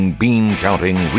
bean-counting